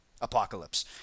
Apocalypse